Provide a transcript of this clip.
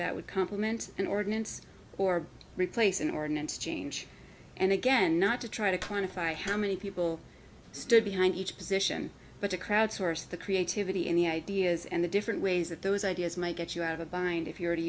that would complement an ordinance or replace an ordinance change and again not to try to quantify how many people stood behind each position but to crowdsource the creativity in the ideas and the different ways that those ideas might get you out of a bind if you were to